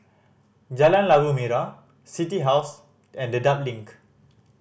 Jalan Labu Merah City House and Dedap Link